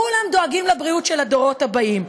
כולם דואגים לדורות הבאים.